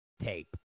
tape